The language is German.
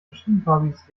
verschiedenfarbiges